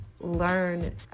learn